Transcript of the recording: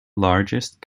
largest